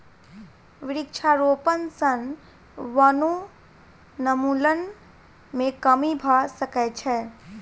वृक्षारोपण सॅ वनोन्मूलन मे कमी भ सकै छै